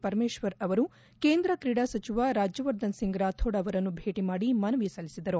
ಪರಮೇಶ್ವರ್ ಅವರು ಕೇಂದ್ರ ಕ್ರೀಡಾ ಸಚವ ರಾಜ್ವವರ್ಧನ್ ಸಿಂಗ್ ರಾಥೋಡ್ ಅವರನ್ನು ಭೇಟಿ ಮಾಡಿ ಮನವಿ ಸಲ್ಲಿಸಿದರು